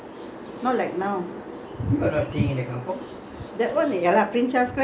and also cooperative when staying in one house kampung life is so nice not like now